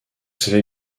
savez